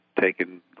taken